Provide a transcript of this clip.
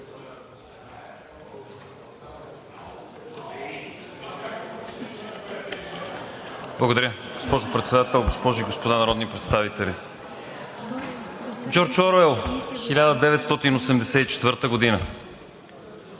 Благодаря. Госпожо Председател, госпожи и господа народни представители! Джордж Оруел – „1984“.